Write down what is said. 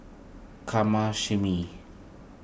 Kamashime